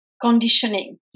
conditioning